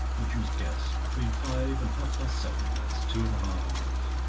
but you must guess. between five and half-past seven that's two and a half hours.